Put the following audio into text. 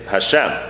Hashem